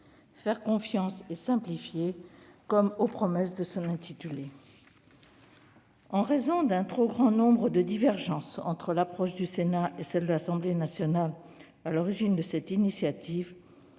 faire confiance et simplifier. En raison d'un trop grand nombre de divergences entre l'approche du Sénat et celle de l'Assemblée nationale, à l'origine de cette initiative,